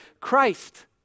Christ